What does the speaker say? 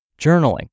journaling